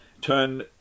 turn